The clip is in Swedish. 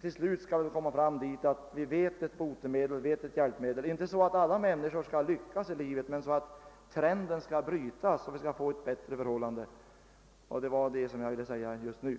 till slut skall vi väl ändå komma dithän att vi i detta ord har ett hjälpmedel och ett botemedel — inte så att alla människor skall lyckas i livet men så att trenden brytes och förhållandena blir bättre. Herr talman, det var bara detta jag just nu ville säga.